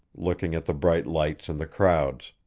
looking at the bright lights and the crowds.